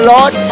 Lord